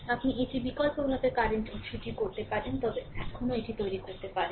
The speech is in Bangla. আপনি এটি বিকল্পভাবে কারেন্ট উত্সটিও করতে পারেন এটিও তৈরি করতে পারেন